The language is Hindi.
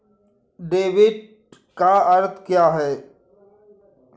डेबिट का अर्थ क्या है?